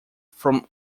from